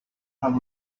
have